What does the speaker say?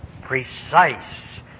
precise